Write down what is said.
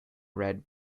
red